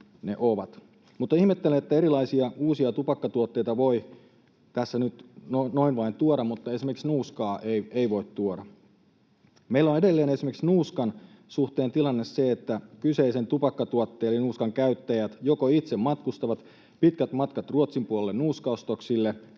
ovat. Ihmettelen, että erilaisia uusia tupakkatuotteita voi tässä nyt noin vain tuoda mutta esimerkiksi nuuskaa ei voi tuoda. Meillä on edelleen esimerkiksi nuuskan suhteen tilanne se, että kyseisen tupakkatuotteen eli nuuskan käyttäjät joko itse matkustavat pitkät matkat Ruotsin puolelle nuuskaostoksille